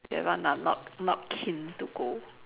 that one ah not not keen to go